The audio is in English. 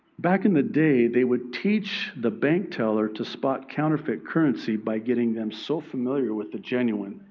back in the day, they would teach the bank teller to spot counterfeit currency by getting them so familiar with the genuine,